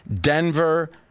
Denver